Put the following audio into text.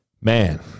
Man